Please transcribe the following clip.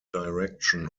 direction